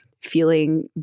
feeling